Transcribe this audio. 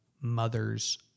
mother's